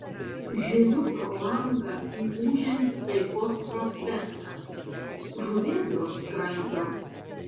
žiūriu pro langą į ūžiantį taikos prospektą žuvėdros skraido